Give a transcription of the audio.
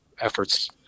efforts